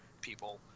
people